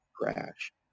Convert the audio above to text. crash